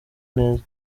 neza